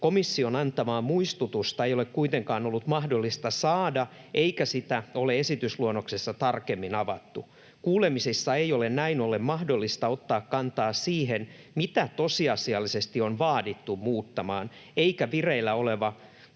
”Komission antamaa muistutusta ei ole kuitenkaan ollut mahdollista saada, eikä sitä ole esitysluonnoksessa tarkemmin avattu. Kuulemisissa ei ole näin ollen mahdollista ottaa kantaa siihen, mitä tosiasiallisesti on vaadittu muuttamaan, eikä vireillä oleva